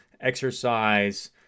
exercise